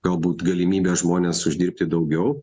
galbūt galimybė žmonės uždirbti daugiau